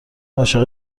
عاشق